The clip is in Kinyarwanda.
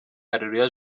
areruya